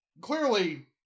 clearly